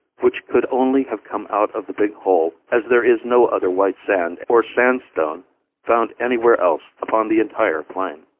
which could only have come out of the big hole as there is no other white sand or sandstone found anywhere else upon the entire plain.